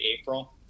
april